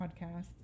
podcast